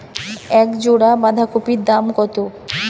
এক জোড়া বাঁধাকপির দাম কত?